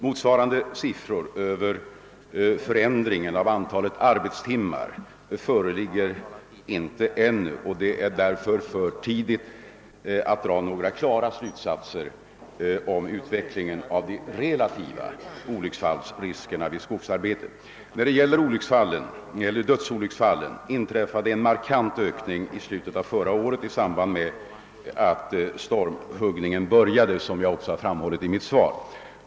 Motsvarande siffror över förändringen av antalet arbetstimmar föreligger ännu inte, och det är därför för tidigt att dra några klara slutsatser om utvecklingen av de relativa olycksfallsriskerna vid skogsarbete. Dödsolycksfallen ökade markant i slutet av förra året i samband med att stormhuggningen började, vilket jag också framhållit i mitt svar.